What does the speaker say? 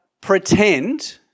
pretend